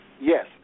Yes